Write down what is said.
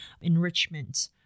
enrichment